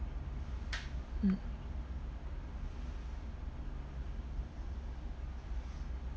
mm